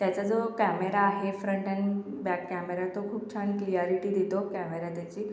त्याचा जो कॅमेरा आहे फ्रन्ट ॲन्ड बॅक कॅमेरा तो खूप छान क्लियारीटी देतो कॅमेरा त्याची